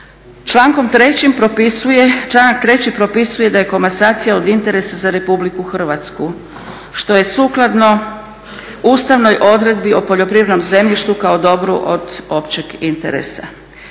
Članak 3. propisuje da je komasacija od interesa za Republiku Hrvatsku što je sukladno ustavnoj odredbi o poljoprivrednom zemljištu kao dobru od općeg interesa.